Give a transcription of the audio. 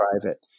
private